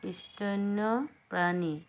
স্তন্যপায়ী